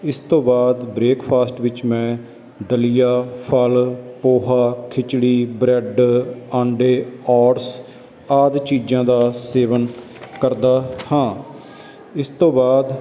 ਇਸ ਤੋਂ ਬਾਅਦ ਬ੍ਰੇਕਫਾਸਟ ਵਿੱਚ ਮੈਂ ਦਲੀਆ ਫ਼ਲ ਪੋਹਾ ਖਿਚੜੀ ਬਰੈੱਡ ਆਂਡੇ ਓਟਸ ਆਦਿ ਚੀਜ਼ਾਂ ਦਾ ਸੇਵਨ ਕਰਦਾ ਹਾਂ ਇਸ ਤੋਂ ਬਾਅਦ